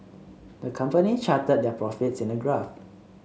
the company charted their profits in a graph